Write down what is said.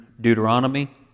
Deuteronomy